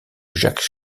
jacques